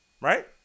right